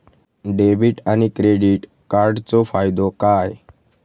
Debit आणि credit कार्डचो फायदो काय?